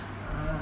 (uh huh)